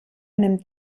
nimmt